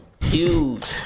huge